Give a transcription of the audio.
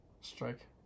strike